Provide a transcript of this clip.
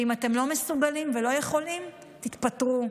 אם אתם לא מסוגלים ולא יכולים, תתפטרו.